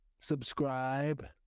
Subscribe